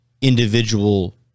individual